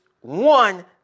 one